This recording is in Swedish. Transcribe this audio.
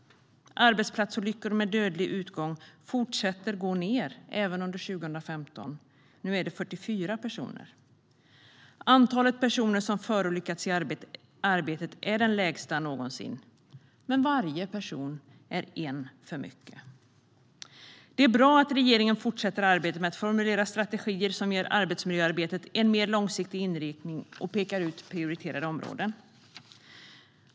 Arbetsplatsolyckorna med dödlig utgång fortsatte att gå ned även under 2015. Nu var det 44 personer. Antalet personer som förolyckats i arbetet är det lägsta någonsin, men varje person är en för mycket. Det är bra att regeringen fortsätter arbetet med att formulera strategier som ger arbetsmiljöarbetet en mer långsiktig inriktning och pekar ut prioriterade områden.